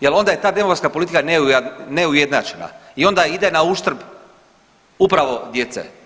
Jel' onda je ta demografska politika neujednačena i onda ide na uštrb upravo djece.